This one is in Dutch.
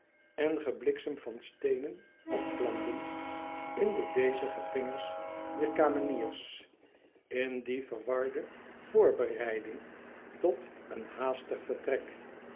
en gebliksem van steenen opvlamden in de bezige vingers dier kameniers in die verwarde voorbereiding tot een haastig vertrek